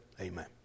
Amen